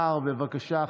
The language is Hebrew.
אם כך,